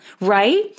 right